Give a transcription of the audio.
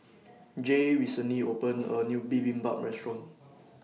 Jaye recently opened A New Bibimbap Restaurant